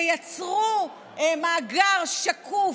תייצרו מאגר שקוף,